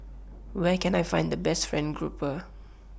Where Can I Find The Best Fried Grouper